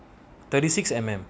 thirty six M_M